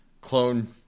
clone